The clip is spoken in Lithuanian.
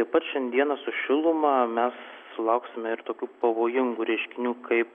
taip pat šiandieną su šiluma mes sulauksime ir tokių pavojingų reiškinių kaip